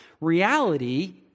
reality